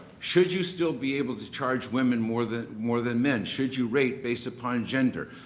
should you still be able to charge women more than more than men? should you rate based upon gender?